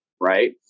Right